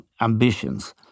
ambitions